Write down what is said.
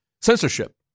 Censorship